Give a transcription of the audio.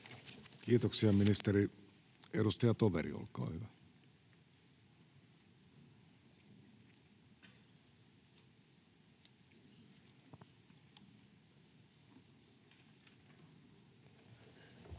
Kiitoksia, ministeri. — Edustaja Toveri, olkaa hyvä. [Speech